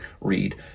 read